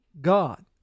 God